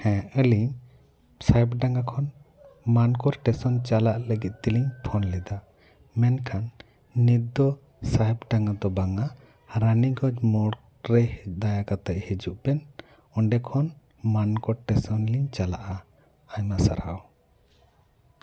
ᱦᱮᱸ ᱟᱞᱤᱧ ᱥᱟᱦᱮᱵᱽ ᱰᱟᱝᱜᱟ ᱠᱷᱚᱱ ᱢᱟᱱᱠᱚᱲ ᱴᱮᱥᱚᱱ ᱪᱟᱞᱟᱜ ᱞᱟᱹᱜᱤᱫ ᱛᱮᱞᱤᱧ ᱯᱷᱚᱱ ᱞᱮᱫᱟ ᱢᱮᱱ ᱠᱷᱟᱱ ᱱᱤᱛ ᱫᱚ ᱥᱟᱦᱮᱵᱽ ᱰᱟᱝᱜᱟ ᱫᱚ ᱵᱟᱝᱟ ᱨᱟᱱᱤᱜᱚᱡᱽ ᱢᱳᱲ ᱨᱮ ᱫᱟᱭᱟ ᱠᱟᱛᱮ ᱦᱤᱡᱩᱜ ᱵᱮᱱ ᱚᱰᱮ ᱠᱷᱚᱱ ᱢᱟᱱᱠᱚᱲ ᱥᱴᱮᱥᱚᱱ ᱞᱤᱧ ᱪᱟᱞᱟᱜᱼᱟ ᱟᱭᱢᱟ ᱥᱟᱨᱦᱟᱣ